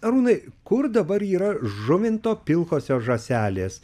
arūnai kur dabar yra žuvinto pilkosios žąselės